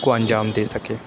کو انجام دے سکے